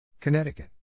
Connecticut